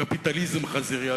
קפיטליזם חזירי.